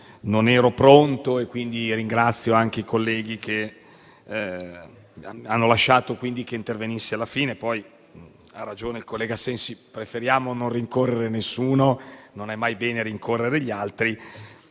non ero pronto e quindi ringrazio anche i colleghi che hanno lasciato che intervenissi alla fine. Ha ragione il collega Sensi: preferiamo non rincorrere nessuno, non è mai bene rincorrere gli altri,